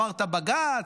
אמרת בג"ץ,